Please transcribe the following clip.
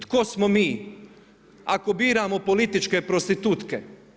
Tko smo mi ako biramo političke prostitutke?